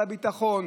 על הביטחון,